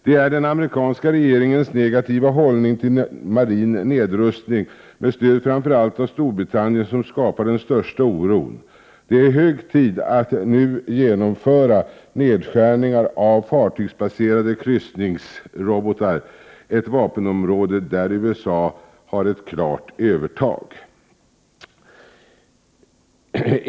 Det är den amerikanska regeringens negativa hållning till marin nedrustning — med stöd framför allt av Storbritannien — som skapar den största oron. Det är hög tid nu att genomföra nedskärningar av fartygsbaserade kryssningsrobotar, ett vapenområde där USA har ett klart övertag.